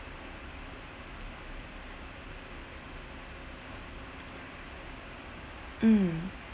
mm